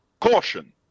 Caution